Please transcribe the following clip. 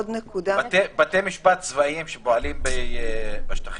בתי משפט צבאיים שפועלים בשטחים,